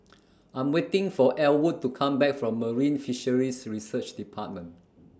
I'm waiting For Elwood to Come Back from Marine Fisheries Research department